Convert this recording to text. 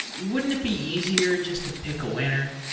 wouldn't it be easier just to pick a winner?